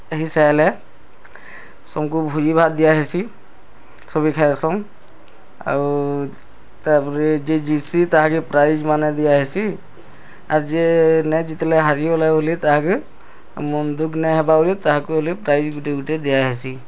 ହେଇ ସାଏଲେ ସମ୍କୁ ଭୋଜି ଭାତ୍ ଦିଆ ହେସି ସଭେ ଖାଏସନ୍ ଆଉ ତାପରେ ଯେ ଜିତ୍ସି ତାହାକେ ପ୍ରାଇଜ୍ମାନେ ଦିଆହେସି ଆଉ ଯିଏ ନାଇଁ ଜିତ୍ଲେ ହାରିଗଲା ବୋଲି ତାହାକେ ମନ୍ ଦୁଖ୍ ନାଇଁ ହେବା ବୋଲି ତାହାକୁ ହେଲେ ପ୍ରାଇଜ୍ ଗୁଟେ ଗୁଟେ ଦିଆ ହେସି